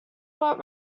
got